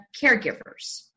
caregivers